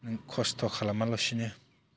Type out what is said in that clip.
नों खस्थ' खालामालासिनो